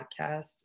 podcast